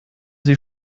sie